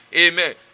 amen